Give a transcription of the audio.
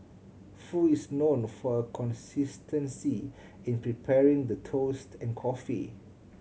foo is known for her consistency in preparing the toast and coffee